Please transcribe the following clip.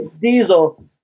Diesel